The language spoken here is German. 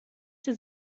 sie